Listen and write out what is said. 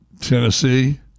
Tennessee